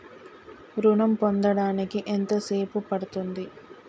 ఋణం పొందడానికి ఎంత సేపు పడ్తుంది?